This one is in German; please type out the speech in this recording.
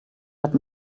hat